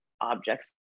objects